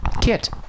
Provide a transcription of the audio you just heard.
Kit